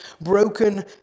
broken